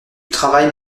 travailles